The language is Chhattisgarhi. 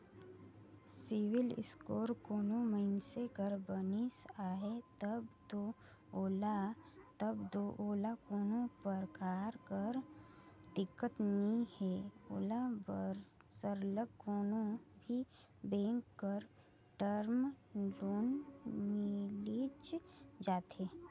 सिविल इस्कोर कोनो मइनसे कर बनिस अहे तब दो ओला कोनो परकार कर दिक्कत नी हे ओला सरलग कोनो भी बेंक कर टर्म लोन मिलिच जाथे